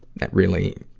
that really,